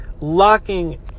Locking